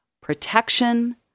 protection